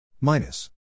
minus